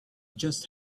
just